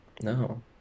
No